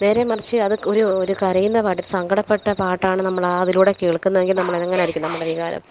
നേരെമറിച്ച് അത് ഒരു ഒരു കരയുന്ന പാട്ട് സങ്കടപ്പെട്ട പാട്ടാണ് നമ്മളതിലൂടെ കേൾക്കുന്നതെങ്കിൽ നമ്മളതെങ്ങനായിരിക്കും നമ്മുടെ വികാരം